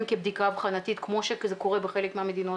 כבדיקה אבחנתית כמו שזה קורה בחלק מהמדינות.